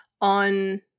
on